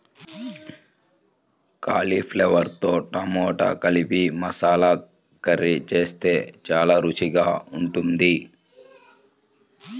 కాలీఫ్లవర్తో టమాటా కలిపి మసాలా కర్రీ చేస్తే చాలా రుచికరంగా ఉంటుంది